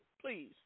Please